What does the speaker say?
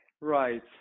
Right